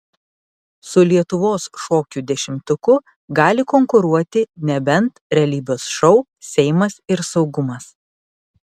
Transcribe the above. su lietuvos šokių dešimtuku gali konkuruoti nebent realybės šou seimas ir saugumas